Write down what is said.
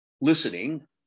listening